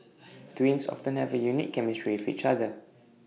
twins often have A unique chemistry with each other